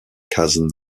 kazan